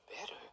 better